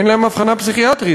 אין להם אבחנה פסיכיאטרית,